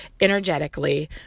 energetically